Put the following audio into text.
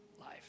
life